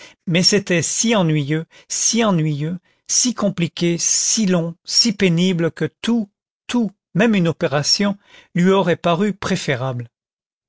mais c'était si ennuyeux si ennuyeux si compliqué si long si pénible que tout tout même une opération lui aurait paru préférable